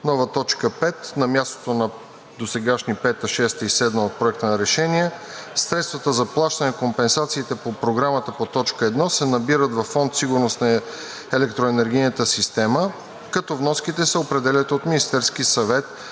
Нова т. 5 на мястото на досегашни 5, 6 и 7 от Проекта на решение: „Средствата за плащане на компенсациите по Програмата по т. 1 се набират във Фонд „Сигурност на електроенергийната система“, като вноските се определят от Министерския съвет